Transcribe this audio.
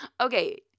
Okay